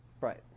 Right